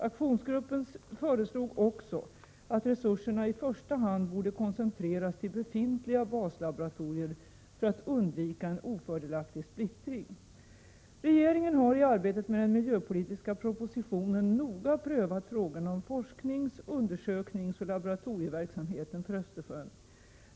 Aktionsgruppen sade också att resurserna i första hand borde koncentreras till befintliga baslaboratorier för att undvika en ofördelaktig splittring. Regeringen har i arbetet med den miljöpolitiska propositionen noga prövat frågorna om forsknings-, undersökningsoch laboratorieverksamheten för Östersjön.